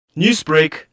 Newsbreak